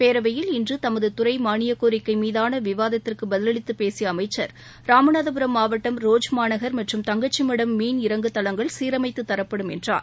பேரவையில் இன்று தமது துறை மானியக் கோரிக்கை மீதான விவாதத்திற்கு பதில் அளித்து பேசிய அமைச்சர் இராமநாதபுரம் மாவட்டம் ரோஜ் மாநகர் மற்றும் தங்கச்சிமடம் மீன் இறங்கு தளங்கள் சீரமைத்துத் தரப்படும் என்றார்